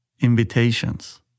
invitations